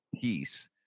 peace